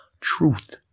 truth